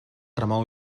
remou